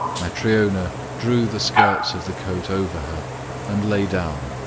matryona drew the skirts of the coat over her and lay down,